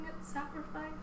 sacrifice